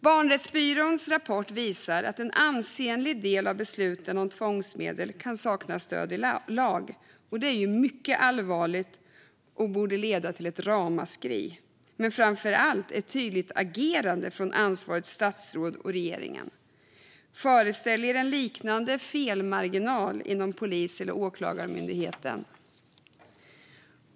Barnrättsbyråns rapport visar att en ansenlig del av besluten om tvångsmedel kan sakna stöd i lag. Det är mycket allvarligt och borde leda till ramaskri men framför allt till ett tydligt agerande från det ansvariga statsrådet och regeringen. Föreställ er en liknande felmarginal inom Polis eller Åklagarmyndigheten.